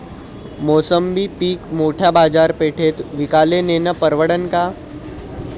मोसंबी पीक मोठ्या बाजारपेठेत विकाले नेनं परवडन का?